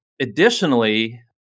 additionally